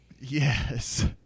Yes